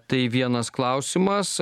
tai vienas klausimas